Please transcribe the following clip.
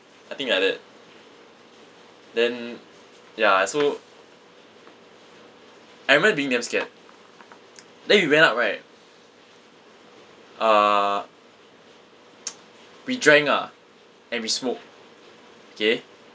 I think like that then ya so I remember being damn scared then we went up right uh we drank ah and we smoke K